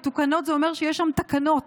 מתוקנות, זה אומר שיש שם תקנות.